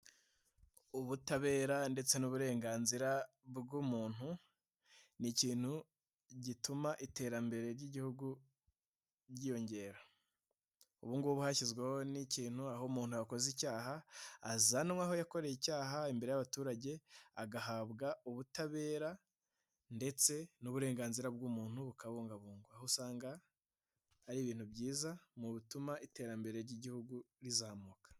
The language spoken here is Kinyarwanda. Ubutabera ndetse n'uburenganzira bw'umuntu ni ikintu gituma iterambere ry'Igihugu ryiyongera, ubu ngubu hashyizweho n'ikintu aho umuntu akoze icyaha avanwa aho yakoreye icyaha imbere y'abaturage, agahabwa ubutabera ndetse n'uburenganzira bw'umuntu bukabungabungwa, aho usanga ari ibintu byiza mu bituma iterambere ry'Igihugu rizamuka.